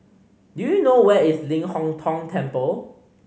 do you know where is Ling Hong Tong Temple